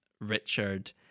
Richard